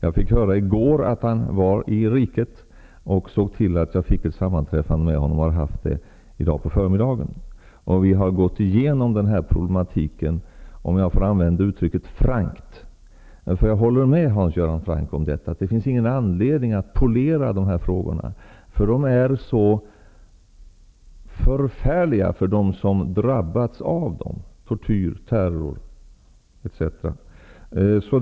Jag fick höra i går att han var i riket, och såg till att jag fick ett sammanträffande med honom. Det har jag haft i dag, på förmiddagen. Vi har gått igenom denna problematik frankt -- om jag får använda det uttrycket. Jag håller med Hans Göran Franck om att det inte finns någon anledning att polera dessa frågor. Det är så förfärligt för dem som drabbas av tortyr, terror etc.